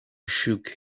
shook